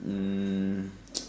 um